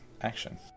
action